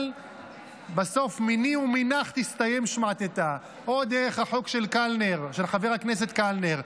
אבל בסוף "מיני ומינך תסתיים שמעתתא" או דרך החוק של חבר הכנסת קלנר,